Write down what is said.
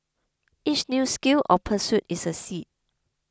each new skill or pursuit is a seed